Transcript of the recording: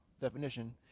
definition